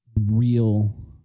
real